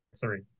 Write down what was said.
three